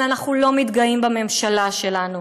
אבל אנחנו לא מתגאים בממשלה שלנו.